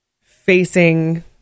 facing